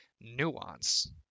nuance